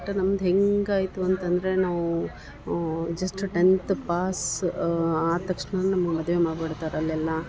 but ನಮ್ದು ಹೆಂಗೆ ಆಯಿತು ಅಂತಂದರೆ ನಾವು ಜಸ್ಟ್ ಟೆಂತ್ ಪಾಸ್ ಆದ ತಕ್ಷಣ ನಮ್ಗ ಮದುವೆ ಮಾಡ್ಬಿಡ್ತರೆ ಅಲ್ಲೆಲ್ಲ